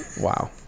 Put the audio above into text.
Wow